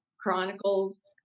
Chronicles